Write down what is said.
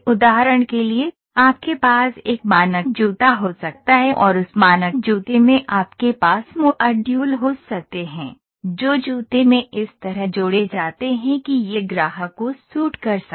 उदाहरण के लिए आपके पास एक मानक जूता हो सकता है और उस मानक जूते में आपके पास मॉड्यूल हो सकते हैं जो जूते में इस तरह जोड़े जाते हैं कि यह ग्राहक को सूट कर सके